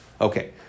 okay